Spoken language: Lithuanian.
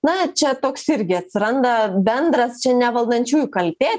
na čia toks irgi atsiranda bendras čia ne valdančiųjų kaltė